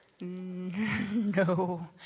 No